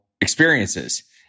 experiences